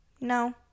no